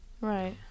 right